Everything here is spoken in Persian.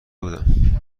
بودم